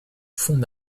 fonds